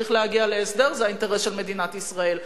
צריך להגיע להסדר, זה האינטרס של מדינת ישראל.